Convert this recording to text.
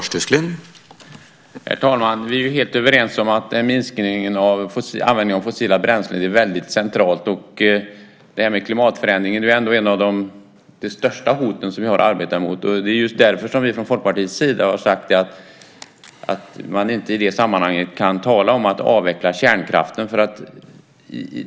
Herr talman! Vi är helt överens om att det är väldigt centralt med en minskning av användningen av fossila bränslen. Och klimatförändringarna är ett av de största hoten som vi har och måste arbeta med. Det är just därför som vi från Folkpartiets sida har sagt att man i detta sammanhang inte kan tala om att avveckla kärnkraften.